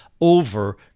over